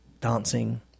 dancing